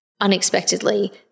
unexpectedly